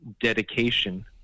dedication